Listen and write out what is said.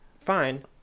Fine